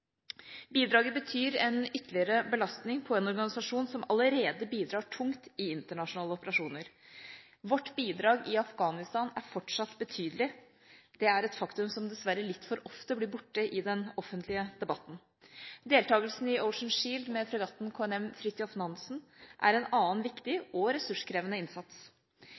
Bidraget betyr en ytterligere belastning på en organisasjon som allerede bidrar tungt i internasjonale operasjoner. Vårt bidrag i Afghanistan er fortsatt betydelig. Det er et faktum som dessverre litt for ofte blir borte i den offentlige debatten. Deltakelsen i Ocean Shield med fregatten KNM «Fridtjof Nansen» er en annen viktig og ressurskrevende innsats.